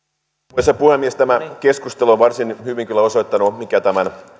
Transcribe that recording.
arvoisa puhemies tämä keskustelu on varsin hyvin kyllä osoittanut mikä tämän